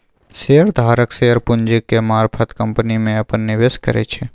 share धारक share पूंजी के मारफत कंपनी में अप्पन निवेश करै छै